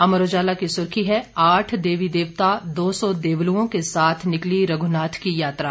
अमर उजाला की सुर्खी है आठ देवी देवता दो सौ देवलुओं के साथ निकली रघुनाथ की रथयात्रा